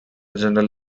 general